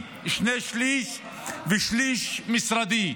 שני-שלישים כסף תוספתי, ושליש, משרדי.